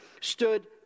stood